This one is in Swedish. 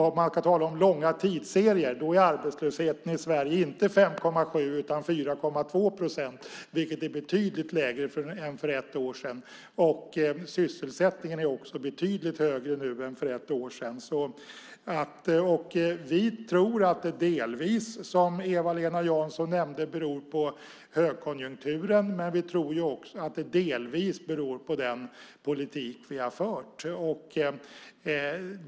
Om man ska tala om långa tidsserier är arbetslösheten i Sverige inte 5,7 utan 4,2 procent, vilket är betydligt lägre än för ett år sedan. Sysselsättningen är också betydligt högre nu än för ett år sedan. Vi tror att det delvis, som Eva-Lena Jansson nämnde, beror på högkonjunkturen. Men vi tror också att det delvis beror på den politik vi har fört.